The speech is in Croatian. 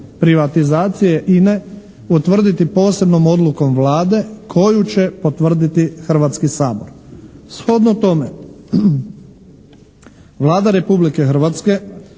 privatizacije INA-e utvrditi posebnom odlukom Vlade koju će potvrditi Hrvatski sabor. Shodno tome Vlada Republike Hrvatske